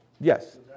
Yes